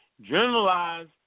generalized